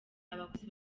abakozi